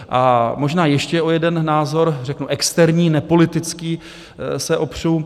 A možná ještě o jeden názor, řeknu externí, nepolitický, se opřu.